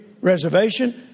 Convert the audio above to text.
reservation